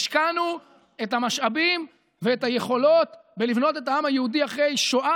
השקענו את המשאבים ואת היכולות בבניית העם היהודי אחרי שואה